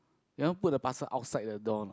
you want put the parcel outside the door or not